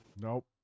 Nope